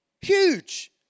Huge